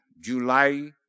July